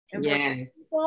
Yes